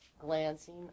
glancing